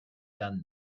done